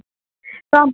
कम